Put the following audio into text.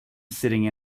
sitting